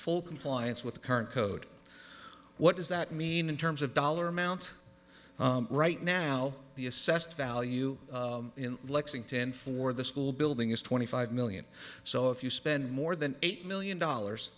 full compliance with the current code what does that mean in terms of dollar amount right now the assessed value in lexington for the school building is twenty five million so if you spend more than eight million dollars